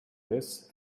this